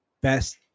best